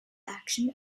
action